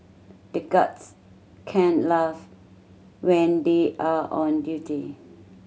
the guards can laugh when they are on duty